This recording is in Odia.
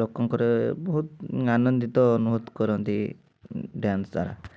ଲୋକଙ୍କର ବହୁତ ଆନନ୍ଦିତ କରନ୍ତି ଡ୍ୟାନ୍ସ ଦ୍ୱାରା